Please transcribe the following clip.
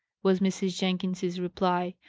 was mrs. jenkins's reply.